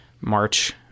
March